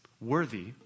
worthy